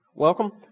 Welcome